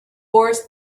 boris